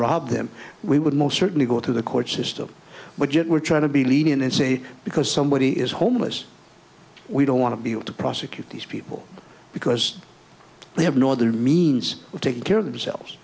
rob them we would most certainly go through the court system which it we're trying to be lenient and say because somebody is homeless we don't want to be able to prosecute these people because they have nor the means to take care of themselves